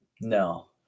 No